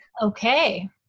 okay